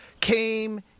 came